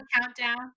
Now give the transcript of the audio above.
countdown